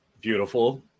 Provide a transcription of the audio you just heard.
Beautiful